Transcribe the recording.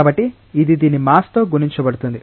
కాబట్టి ఇది దీని మాస్ తో గుణించబడుతుంది